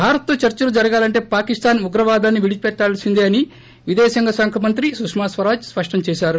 భారత్ తో చర్చలు జరగాలంటే పాకిస్తాస్ ఉగ్రవాదాన్ని విడిచిపెట్టాల్సిందే అని విదేశాంగ శాఖ మంత్రి సుష్మాస్వరాజ్ స్పష్టం చేశారు